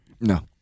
No